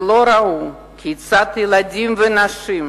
שלא ראו כיצד ילדים ונשים,